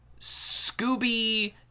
scooby